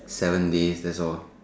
seven days that's all